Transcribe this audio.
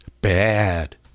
bad